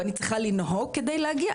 ואני צריכה לנהוג כדי להגיע,